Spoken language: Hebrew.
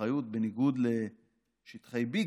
בניגוד לשטחי B,